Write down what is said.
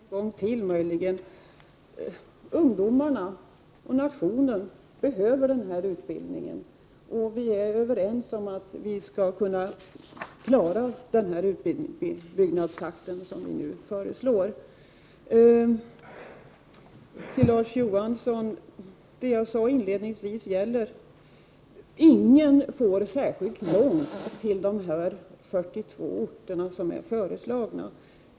dd SS Herr talman! Till Claes Roxbergh en gång till då: Ungdomarna och Forsäkniska ycken m.m. nationen behöver den här utbildningen, och vi är överens om att det går att klara den utbyggnadstakt som nu föreslås. Så några ord till Larz Johansson. Det jag sade inledningsvis gäller. Ingen får särskilt långt till de 42 orter som är föreslagna.